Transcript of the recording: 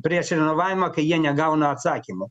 prieš renovavimą kai jie negauna atsakymų